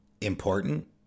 important